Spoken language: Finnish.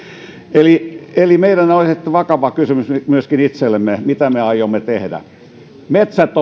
eli eli meidän on esitettävä vakava kysymys nyt myöskin itsellemme mitä me aiomme tehdä metsät